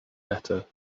better